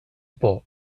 por